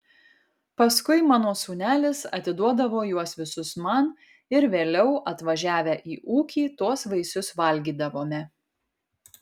paskui mano sūnelis atiduodavo juos visus man ir vėliau atvažiavę į ūkį tuos vaisius valgydavome